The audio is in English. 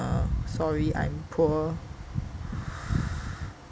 uh I'm sorry I'm poor